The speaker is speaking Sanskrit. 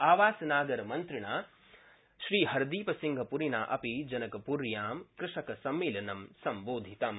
आवासनागरमन्त्रिणा हरदीपसिंहपुरिना अपि जनकपुर्वा कृषकसम्मेलनं सम्बोधितम्